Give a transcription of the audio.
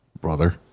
Brother